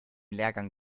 lehrgang